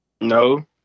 No